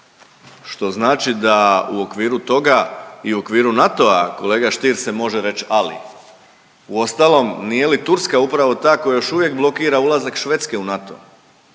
što znači da u okviru toga i u okviru NATO-a, kolega Stier se može reć ali. Uostalom nije li Turska upravo ta koja još uvijek blokira ulazak Švedske u NATO,